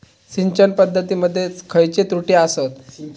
सिंचन पद्धती मध्ये खयचे त्रुटी आसत?